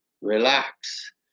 Relax